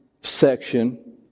section